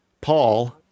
Paul